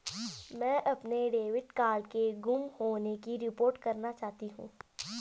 मैं अपने debit card के गुम होने की रिपोर्ट करना चाहती हूँ